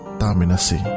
taminasi